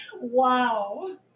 Wow